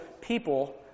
people